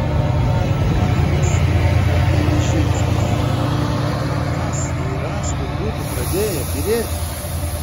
iki nelaimės buvo vienas žingsnis kas jei rąstai būtų pradėję byrėti